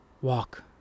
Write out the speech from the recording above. Walk